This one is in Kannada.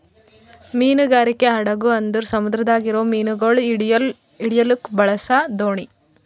ಮೀನುಗಾರಿಕೆ ಹಡಗು ಅಂದುರ್ ಸಮುದ್ರದಾಗ್ ಇರವು ಮೀನುಗೊಳ್ ಹಿಡಿಲುಕ್ ಬಳಸ ದೋಣಿ